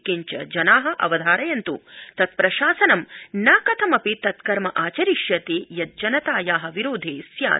किंच जना अवधारयन्त् तत्प्रशासनं न कथमपि तत्कर्म आचरिष्यति यत् जनताया विरोधे स्यात्